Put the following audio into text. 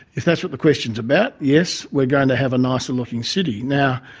if that's what the question's about, yes, we're going to have a nicer looking city. now,